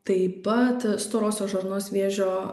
taip pat storosios žarnos vėžio